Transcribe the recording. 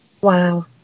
Wow